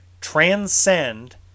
Transcend